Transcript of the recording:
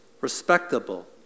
respectable